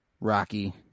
Rocky